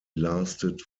lasted